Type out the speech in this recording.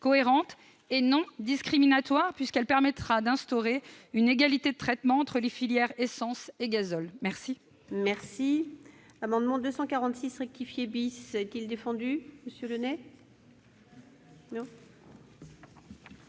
cohérente et non discriminatoire, puisqu'il permettra d'instaurer une égalité de traitement entre les filières essence et gazole. La